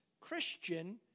Christian